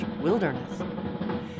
Wilderness